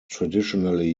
traditionally